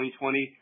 2020